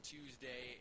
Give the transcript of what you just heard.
Tuesday